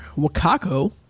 Wakako